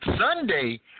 Sunday